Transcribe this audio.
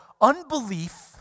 unbelief